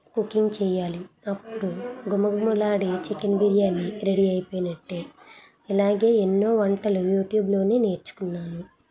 cooking చెయ్యాలి అప్పుడు ఘుమఘుమలాడే చికెన్ బిర్యానీ రెడీ అయిపోయినట్టే ఇలాగే ఎన్నో వంటలు యూట్యూబ్లోనే నేర్చుకున్నాను